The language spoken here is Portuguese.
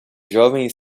jovem